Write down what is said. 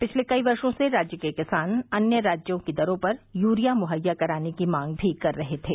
पिछले कई वर्षो से राज्य के किसान अन्य राज्यों की दरों पर यूरिया मुहैया कराने की मांग भी कर रहे थे